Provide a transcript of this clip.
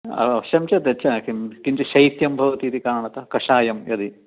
अवश्यं चेत् यच्च कि किञ्चित् शैत्यं भवति इति कारणतः कषायं यदि